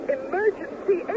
emergency